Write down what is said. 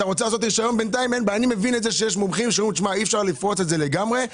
מבין שיש מומחים שאומרים: אי אפשר לפרוץ את זה לגמרי.